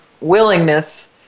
willingness